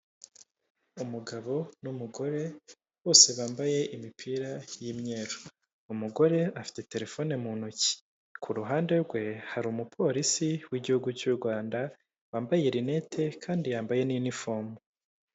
Umugabo n'umugore bose bambaye imipira y'imyeru, umugore afite telefone mu ntoki, ku ruhande rwe hari umu polisi w'igihugu cy'u Rwanda wambaye rinete kandi yambaye n'inifomu.